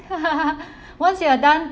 once you are done